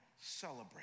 celebrate